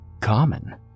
Common